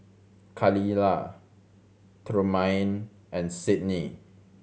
Khalilah Trumaine and Sydney